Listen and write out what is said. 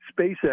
SpaceX